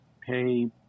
pay